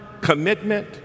commitment